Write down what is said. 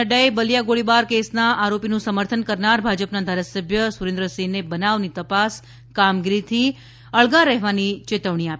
નક્રાએ બલિયા ગોળીબાર કેસના આરોપીનું સમર્થન કરનાર ભાજપના ધારાસભ્ય સુરેન્દ્રસિંહને બનાવની તપાસ કામગીરીથી અળખા રહેવાની ચેતવણી આપી છે